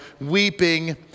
weeping